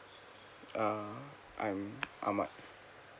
uh I'm ahmad